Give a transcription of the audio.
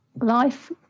Life